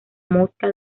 mosca